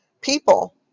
People